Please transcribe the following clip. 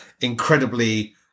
incredibly